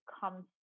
comes